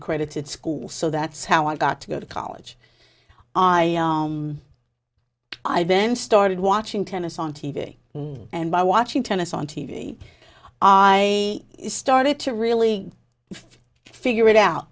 accredited school so that's how i got to go to college i i then started watching tennis on t v and by watching tennis on t v i started to really figure it out